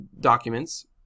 documents